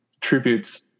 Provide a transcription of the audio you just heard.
tributes